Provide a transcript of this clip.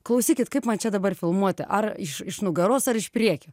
klausykit kaip man čia dabar filmuoti ar iš iš nugaros ar iš priekio